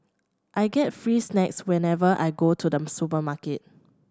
I get free snacks whenever I go to the supermarket